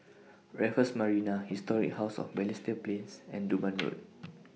Raffles Marina Historic House of Balestier Plains and Durban Road